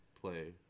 play